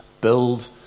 build